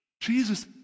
Jesus